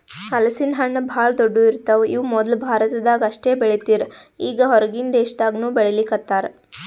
ಹಲಸಿನ ಹಣ್ಣ್ ಭಾಳ್ ದೊಡ್ಡು ಇರ್ತವ್ ಇವ್ ಮೊದ್ಲ ಭಾರತದಾಗ್ ಅಷ್ಟೇ ಬೆಳೀತಿರ್ ಈಗ್ ಹೊರಗಿನ್ ದೇಶದಾಗನೂ ಬೆಳೀಲಿಕತ್ತಾರ್